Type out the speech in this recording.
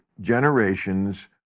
generations